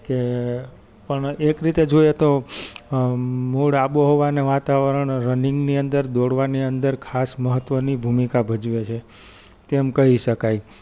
કે પણ એક રીતે જોઈએ તો મૂળ આબોહવાને વાતાવરણ રનિંગની અંદર દોડવાની અંદર ખાસ મહત્વની ભૂમિકા ભજવે છે તેમ કહી શકાય